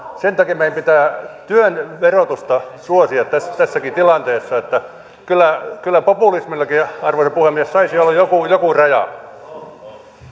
sen takia meidän pitää työn verotusta suosia tässäkin tilanteessa kyllä kyllä populismillakin arvoisa puhemies saisi olla joku joku raja